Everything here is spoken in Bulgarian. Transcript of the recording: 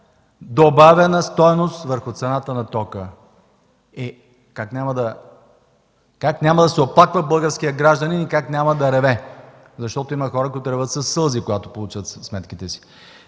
добавена стойност върху цената на тока. Та как няма да се оплаква българският гражданин и как няма да реве?! Защото има хора, които реват със сълзи, когато получат сметките си.